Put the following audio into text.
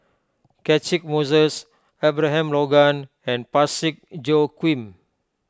Catchick Moses Abraham Logan and Parsick Joaquim